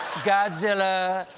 godzilla,